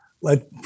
let